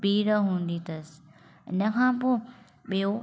भीड़ हूंदी अथसि हिन खां पोइ ॿियो